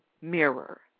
mirror